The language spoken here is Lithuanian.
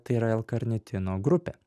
tai yra l karnitino grupė